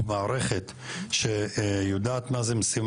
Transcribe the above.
אתה בא מתוך מערכת שיודעת מה זה משימה,